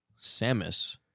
Samus